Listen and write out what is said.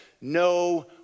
no